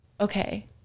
okay